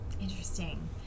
Interesting